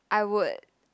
I would